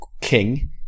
king